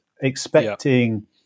expecting